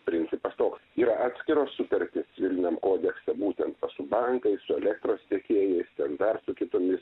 principas toks yra atskiros sutartys civiliniam kodekse būtent su bankais su elektros tiekėjais ten dar su kitomis